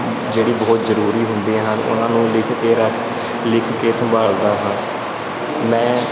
ਜਿਹੜੀ ਬਹੁਤ ਜ਼ਰੂਰੀ ਹੁੰਦੀਆਂ ਹਨ ਉਨ੍ਹਾਂ ਨੂੰ ਲਿਖ ਕੇ ਰੱਖ ਲਿਖ ਕੇ ਸੰਭਾਲਦਾ ਹਾਂ ਮੈਂ